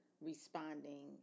responding